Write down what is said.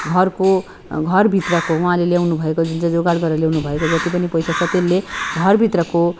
घरको घरभित्रको उहाँले ल्याउनु भएको जुन चाहिँ जोगाड गरेर ल्याउनुभएको जत्ति पनि पैसा छ त्यसले घरभित्रको